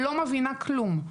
לא מבינה כלום,